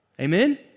Amen